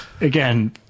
again